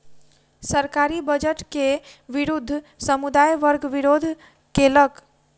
सरकारी बजट के विरुद्ध समुदाय वर्ग विरोध केलक